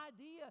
idea